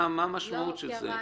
מה המשמעות של זה?